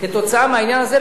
כתוצאה מהעניין הזה,